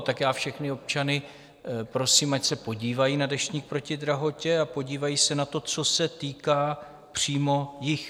Tak všechny občany prosím, ať se podívají na Deštník proti drahotě a podívají se na to, co se týká přímo jich.